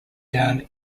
down